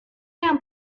yang